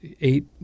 eight